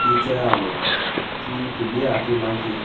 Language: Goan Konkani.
ती चोया आमी ती तुगे या ती मागीर